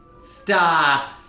Stop